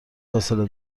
فاصله